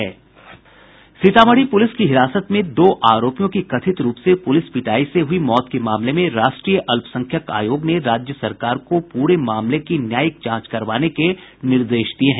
Sitamarhi police की हिरासत में दो आरोपियों की कथित रूप से पुलिस पिटाई से हुई मौत के मामले में राष्ट्रीय अल्पसंख्यक आयोग ने राज्य सरकार को पूरे मामले की न्यायिक जांच करवाने के निर्देश दिये हैं